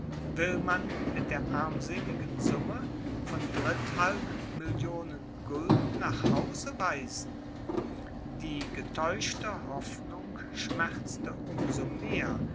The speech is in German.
will man mit der armseligen summe von dritthalb millionen gulden nach hause weisen die getäuschte hoffnung schmerzte um so mehr